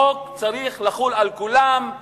החוק צריך לחול על כולם,